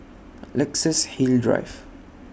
Luxus Hill Drive